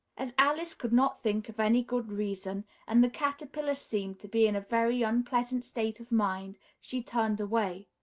as alice could not think of any good reason and the caterpillar seemed to be in a very unpleasant state of mind, she turned away.